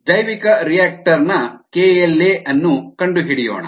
ಜೈವಿಕರಿಯಾಕ್ಟರ್ ನ kLa ಅನ್ನು ಕಂಡುಹಿಡಿಯೋಣ